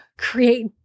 create